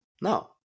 No